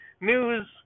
News